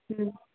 ꯎꯝ